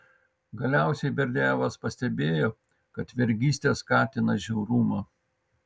galiausiai berdiajevas pastebėjo kad vergystė skatina žiaurumą